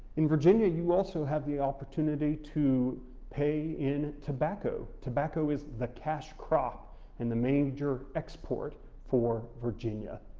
in virginia, you also have the opportunity to pay in tobacco, tobacco is the cash crop and the major export for virginia.